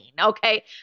okay